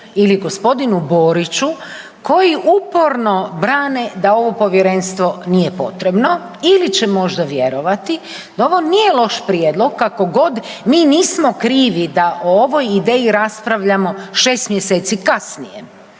ili gospodinu Boriću koji uporno brane da ovo povjerenstvo nije potrebno ili će možda vjerovati da ovo nije loš prijedlog kako god mi nismo krivi da ovo ide i raspravljamo 6 mjeseci kasnije.